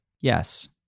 Yes